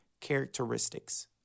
characteristics